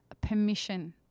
permission